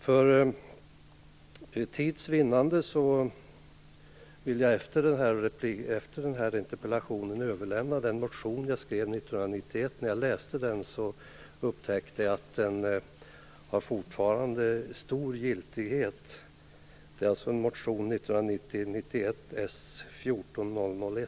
För tids vinnande vill jag efter den här interpellationen överlämna den motion jag skrev 1991, som när jag läste den upptäckte att den fortfarande har stor giltighet.